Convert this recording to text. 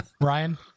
Ryan